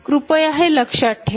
कृपया हे लक्षात ठेवा